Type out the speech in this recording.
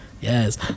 Yes